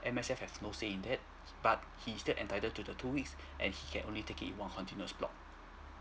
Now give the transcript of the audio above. M_S_F has no say in that but he's still entitled to the two weeks and he can only take it in one continuous block